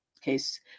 case